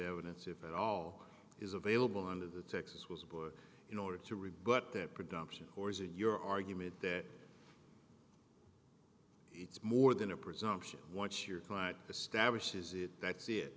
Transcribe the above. evidence if at all is available under the texas was a book in order to rebut that production or is it your argument that it's more than a presumption once your client establishes it that